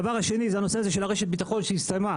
דבר נוסף זה נושא הרשת ביטחון שהסתיימה.